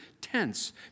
tense